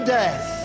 death